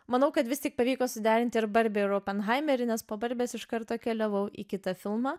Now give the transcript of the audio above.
manau kad vis tik pavyko suderinti ir barbę ir openheimerį nes po barbės iš karto keliavau į kitą filmą